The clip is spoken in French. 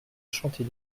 chanter